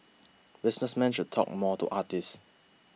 businessmen should talk more to artists